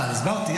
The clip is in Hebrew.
הסברתי.